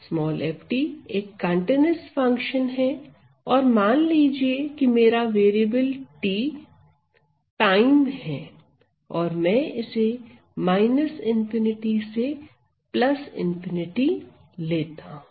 f एक continuous function है और मान लीजिए मेरा वेरिएबल t टाइम है और मैं इसे ∞ से ∞ लेता हूं